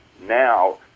now